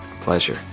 Pleasure